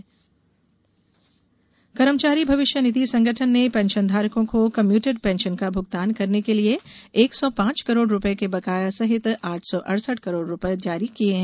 EPFO कर्मचारी भविष्य निधि संगठन ने पेंशनधारकों को कम्यूटेड पेंशन का भुगतान करने के लिए एक सौ पांच करोड़ रुपये के बकाया सहित आठ सौ अड़सठ करोड रूपये जारी किये हैं